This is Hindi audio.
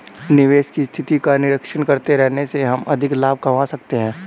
निवेश की स्थिति का निरीक्षण करते रहने से हम अधिक लाभ कमा सकते हैं